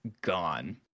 gone